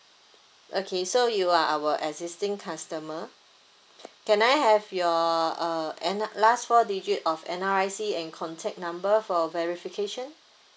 okay so you are our existing customer can I have your uh N_R last four digit of N_R_I_C and contact number for verification